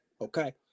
Okay